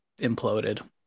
imploded